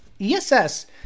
ESS